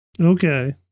Okay